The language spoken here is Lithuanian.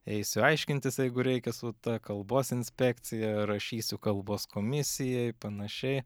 eisiu aiškintis jeigu reikia su ta kalbos inspekcija rašysiu kalbos komisijai panašiai